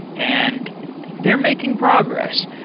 and they're making progress.